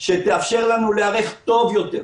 שתאפשר לנו להיערך טוב יותר,